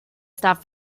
stuff